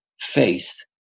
faith